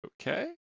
okay